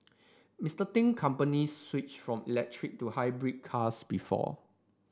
Mister Ting company switched from electric to hybrid cars before